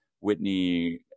Whitney